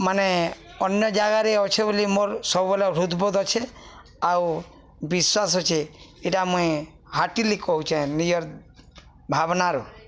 ମାନେ ଅନ୍ୟ ଜାଗାରେ ଅଛେ ବୋଲି ମୋର ସବୁବେଳେ ହୃଦ୍ବୋଧ ଅଛେ ଆଉ ବିଶ୍ୱାସ ଅଛେ ଏଇଟା ମୁଇଁ ହାଟିଲି କହୁଛେଁ ନିଜର୍ ଭାବନାର